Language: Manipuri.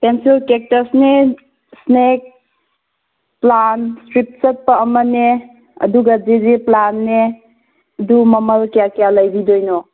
ꯄꯦꯟꯁꯤꯜ ꯀꯦꯛꯇꯁꯅꯦ ꯁ꯭ꯅꯦꯛ ꯄ꯭ꯂꯥꯟ ꯁ꯭ꯇ꯭ꯔꯤꯞ ꯆꯠꯄ ꯑꯃꯅꯦ ꯑꯗꯨꯒ ꯗꯤꯖꯤ ꯄ꯭ꯂꯥꯟꯅꯦ ꯑꯗꯨ ꯃꯃꯜ ꯀꯌꯥ ꯀꯌꯥ ꯂꯩꯕꯤꯗꯣꯏꯅꯣ